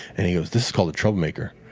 and he goes, this is called the troublemaker.